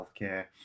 healthcare